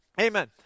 Amen